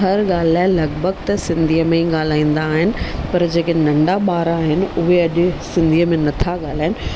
हर ॻाल्हि लाइ लॻभॻि त सिंधीअ में ॻाल्हाईंदा आहिनि पर जेके नंढा ॿार आहिनि उहे अॼु सिंधीअ में नथा ॻाल्हाइनि